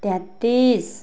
तेतिस